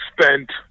spent